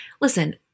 listen